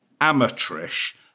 amateurish